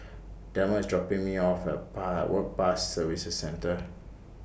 Delmer IS dropping Me off At Pa Work Pass Services Centre